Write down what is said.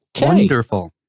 wonderful